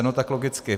No tak logicky.